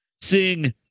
sing